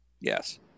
Yes